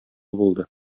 булды